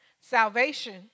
Salvation